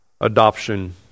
adoption